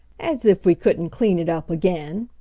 as if we couldn't clean it up again,